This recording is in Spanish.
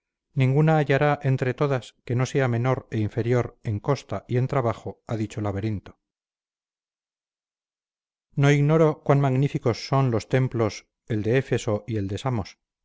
ninguna hallará entre todas que no sea menor e inferior en costa y en trabajo a dicho laberinto no ignoro cuán magníficos son los templos el de éfeso y el